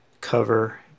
cover